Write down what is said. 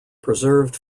preserved